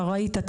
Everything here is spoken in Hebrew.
זה